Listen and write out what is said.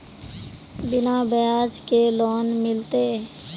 बिना ब्याज के लोन मिलते?